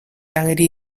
ageri